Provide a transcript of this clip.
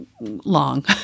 long